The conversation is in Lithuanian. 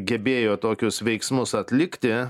gebėjo tokius veiksmus atlikti